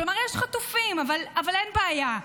כלומר, יש חטופים, אבל אין בעיה.